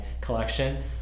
collection